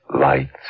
lights